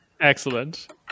Excellent